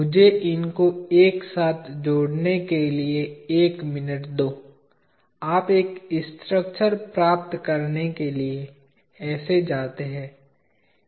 मुझे इनको एक साथ जोड़ने के लिए एक मिनट दो आप एक स्ट्रक्चर प्राप्त करने के लिए ऐसे जाते है